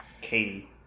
Katie